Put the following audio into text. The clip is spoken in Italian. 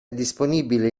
disponibile